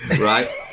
right